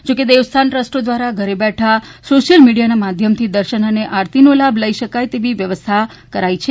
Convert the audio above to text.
જોકે દેવસ્તાન ટ્રસ્ટો દ્વારા ઘર બેઠા સોશ્યલ મીડીયાના માધ્યમથી દર્શન અને આરતીનો લાભ લઇ શકાય તેવા વ્યવસ્થા કરાઇ છે